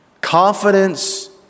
confidence